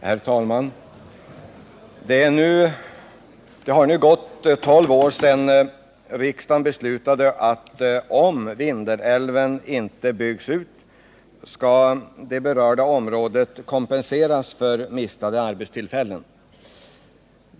Herr talman! Det har nu gått tolv år sedan riksdagen beslutade att om Vindelälven inte byggs ut skall det berörda området kompenseras för mistade arbetstillfällen.